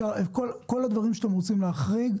כל הדברים שאתם רוצים להחריג.